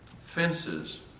Fences